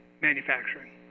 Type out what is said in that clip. manufacturing